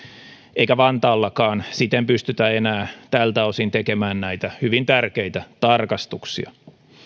eikä vantaallakaan siten pystytä enää tältä osin tekemään näitä hyvin tärkeitä tarkastuksia